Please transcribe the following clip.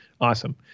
Awesome